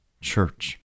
church